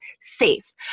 safe